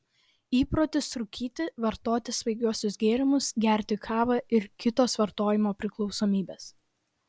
įprotis rūkyti vartoti svaigiuosius gėrimus gerti kavą ir kitos vartojimo priklausomybės